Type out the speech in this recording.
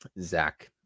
zach